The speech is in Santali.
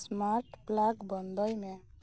ᱥᱢᱟᱨᱴ ᱯᱞᱟᱜᱽ ᱵᱚᱱᱫᱚᱭ ᱢᱮ